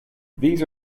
these